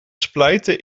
splijten